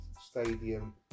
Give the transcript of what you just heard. stadium